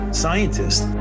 scientists